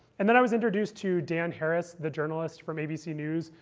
and then i was introduced to dan harris, the journalist from abc news,